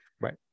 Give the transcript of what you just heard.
right